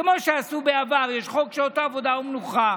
כמו שעשו בעבר, יש חוק שעות עבודה ומנוחה,